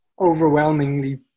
overwhelmingly